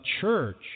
church